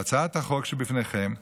בהצעת החוק שבפניכם מוצע,